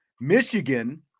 Michigan